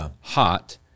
hot